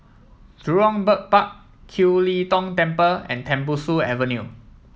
Jurong Bird Park Kiew Lee Tong Temple and Tembusu Avenue